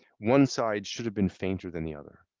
one side should have been fainter than the other.